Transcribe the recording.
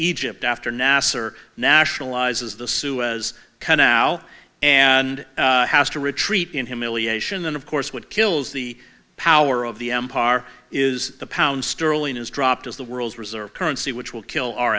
egypt after nasser nationalizes the suez canal and has to retreat in humiliation and of course what kills the power of the empire are is the pound sterling is dropped as the world's reserve currency which will kill our